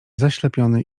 zaślepiony